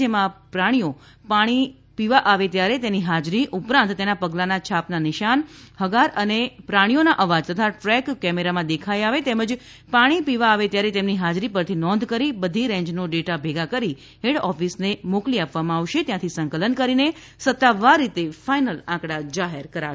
જેમાં આ પ્રાણીઓ પાણીના પીવા આવે ત્યારે તેની હાજરી ઉપરાંત તેના પગલાના છાપના નિશાન હગાર અને પ્રાણીઓના અવાજ તથા ટ્રેક કેમેરામાં દેખાઈ આવે તેમજ પાણી પીવા આવે ત્યારે તેમની હાજરી પરથી નોંધ કરી બધી રેન્જ નો ડેટા ભેગો કરી હેડ ઓફીસને મોકલી આપશે ત્યાંથી સંકલન કરીને સત્તાવાર રીતે ફાઈનલ આંકડા જાહેર કરાશે